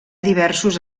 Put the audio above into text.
diversos